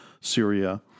Syria